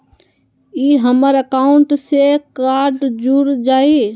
ई हमर अकाउंट से कार्ड जुर जाई?